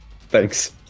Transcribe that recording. thanks